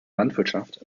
landwirtschaft